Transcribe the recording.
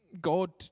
God